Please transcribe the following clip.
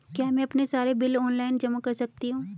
क्या मैं अपने सारे बिल ऑनलाइन जमा कर सकती हूँ?